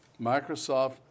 Microsoft